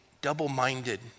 double-minded